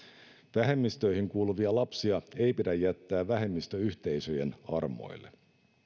vähemmistöihin kuuluvia lapsia ei pidä jättää vähemmistöyhteisöjen armoille